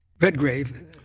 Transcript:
Redgrave